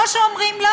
או שאומרים: לא,